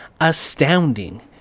astounding